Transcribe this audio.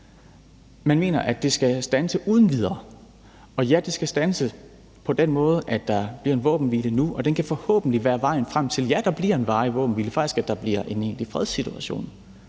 Man mener, at det skal standse uden videre. Og ja, det skal standse på den måde, at der bliver en våbenhvile nu, og den kan forhåbentlig være vejen frem til, at ja, der bliver en varig våbenhvile, ja, faktisk, at der bliver en egentlig fredssituation.